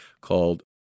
called